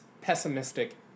pessimistic